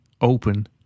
open